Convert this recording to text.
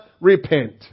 repent